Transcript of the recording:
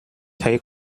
thấy